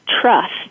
trust